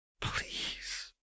Please